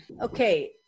Okay